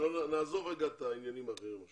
נעזוב לרגע את העניינים האחרים.